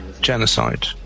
genocide